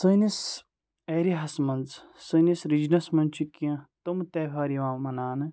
سٲنِس ایریاہَس منٛز سٲنِس رِجنَس منٛز چھِ کینٛہہ تِم تیٚہوار یِوان مَناونہٕ